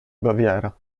baviera